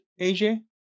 AJ